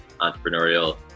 entrepreneurial